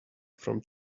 from